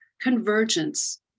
convergence